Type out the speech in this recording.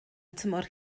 tymor